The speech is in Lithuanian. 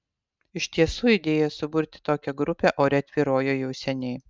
iš tiesų idėja suburti tokią grupę ore tvyrojo jau seniai